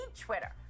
Twitter